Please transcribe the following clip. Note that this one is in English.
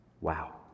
Wow